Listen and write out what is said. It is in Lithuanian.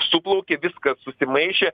suplaukė viskas susimaišė